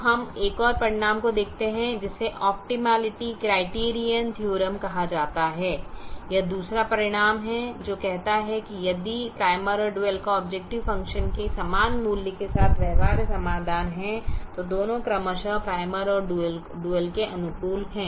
तो हम एक और परिणाम को देखते हैं जिसे ऑपटिमालिटी क्राइटीरीअन थीअरम कहा जाता है यह दूसरा परिणाम है जो कहता है कि यदि प्राइमल और डुअल का ऑबजेकटिव फ़ंक्शन के समान मूल्य के साथ व्यवहार्य समाधान है तो दोनों क्रमशः प्राइमल और डुअल के अनुकूल हैं